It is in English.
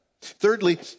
Thirdly